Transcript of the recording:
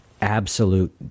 absolute